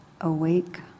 awake